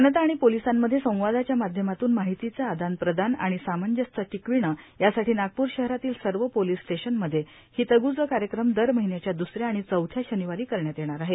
जनता आणि पोलिसांमध्ये संवादाच्या माध्यमातून माहितीचे आदान प्रदान आणि सांमजस्य टिकविणे यासाठी नागपूर शहरातील सर्व पोलीस स्टेशनमध्ये हितगुज कार्यक्रम दर महिन्याच्या दुसऱ्या आणि चौथ्या शनिवारी करण्यात येणार आहे